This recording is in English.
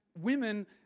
women